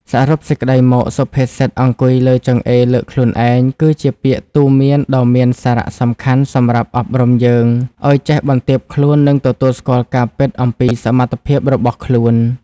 សរុបសេចក្ដីមក សុភាសិត អង្គុយលើចង្អេរ លើកខ្លួនឯង គឺជាពាក្យទូន្មានដ៏មានសារៈសំខាន់សម្រាប់អប់រំយើងឱ្យចេះបន្ទាបខ្លួន និងទទួលស្គាល់ការពិតអំពីសមត្ថភាពរបស់ខ្លួន។